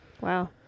Wow